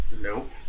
Nope